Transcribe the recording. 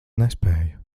nespēju